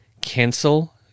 cancel